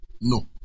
No